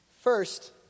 First